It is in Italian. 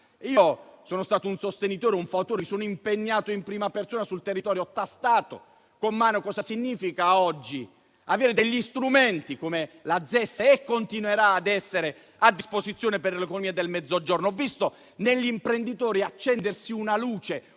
Sono stato un sostenitore e un fautore della ZES e mi sono impegnato in prima persona sul territorio, ho tastato con mano cosa significa oggi avere strumenti come la ZES, che continuerà ad essere a disposizione per l'economia del Mezzogiorno. Ho visto negli imprenditori accendersi una luce